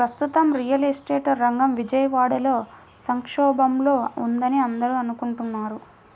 ప్రస్తుతం real estate రంగం విజయవాడలో సంక్షోభంలో ఉందని అందరూ అనుకుంటున్నారు